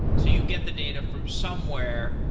so you get the data from somewhere,